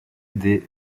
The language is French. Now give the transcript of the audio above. des